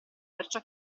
perciò